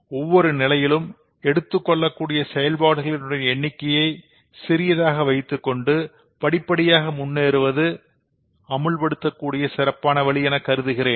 ஒவ்வொரு நிலையிலும் எடுத்துக் கொள்ளக்கூடிய செயல்பாடுகளின் எண்ணிக்கையை சிறியதாக வைத்துக்கொண்டு படிப்படியாக முன்னேறுவது இன்னொரு அமல்படுத்தக்கூடிய வழியாக கருதுகிறேன்